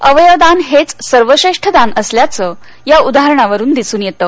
अवयवदान हेच सर्वश्रेष्ठ दान असल्याचं या उदाहरणावरून दिसून येतं